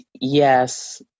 yes